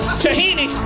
tahini